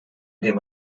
dem